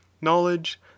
knowledge